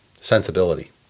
sensibility